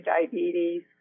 diabetes